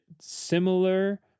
similar